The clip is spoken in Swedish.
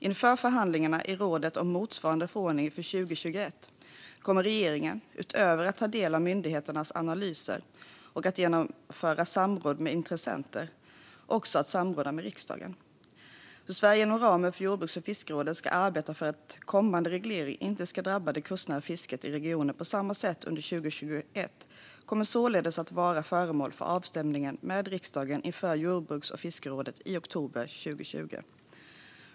Inför förhandlingarna i rådet om motsvarande förordning för 2021 kommer regeringen utöver att ta del av myndigheternas analyser och att genomföra samråd med intressenter också att samråda med riksdagen. Hur Sverige inom ramen för jordbruks och fiskerådet ska arbeta för att kommande reglering inte ska drabba det kustnära fisket i regionen på samma sätt under 2021 kommer således att vara föremål för avstämningen med riksdagen inför jordbruks och fiskerådet i oktober 2020.